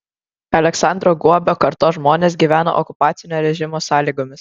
aleksandro guobio kartos žmonės gyveno okupacinio režimo sąlygomis